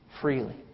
freely